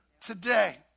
Today